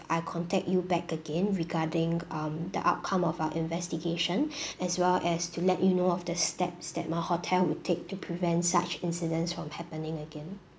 I contact you back again regarding um the outcome of our investigation as well as to let you know of the steps that my hotel will take to prevent such incidents from happening again